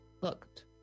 looked